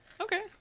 Okay